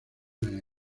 una